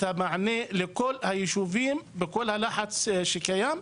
המענה לכל היישובים בכל הלחץ שקיים,